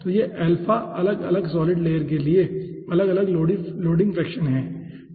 तो ये अल्फ़ा अलग अलग सॉलिड लेयर के लिए अलग अलग लोडिंग फ्रैक्शंस हैं ठीक है